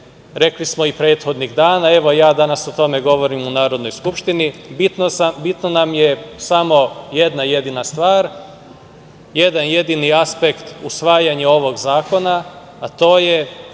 rekli smo i prethodnih dana. Evo, ja danas o tome govorim i u Narodnoj skupštini. Bitno nam je samo jedna jedina stvar, jedan jedini aspekt usvajanje ovog zakona, a to je